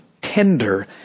tender